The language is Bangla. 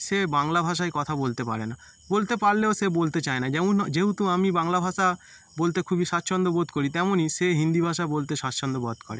সে বাংলা ভাষায় কথা বলতে পারে না বলতে পারলেও সে বলতে চায় না যেমন যেহেতু আমি বাংলা ভাষা বলতে খুবই স্বাচ্ছন্দ্য বোধ করি তেমনই সে হিন্দি ভাষা বলতে স্বাচ্ছন্দ্য বোধ করে